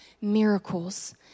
miracles